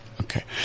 Okay